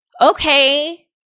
okay